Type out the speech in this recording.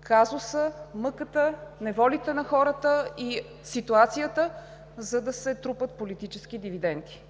казусът – мъката, неволите на хората и ситуацията, за да се трупат политически дивиденти.